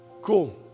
Cool